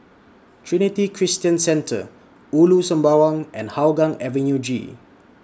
Trinity Christian Centre Ulu Sembawang and Hougang Avenue G